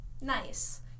Nice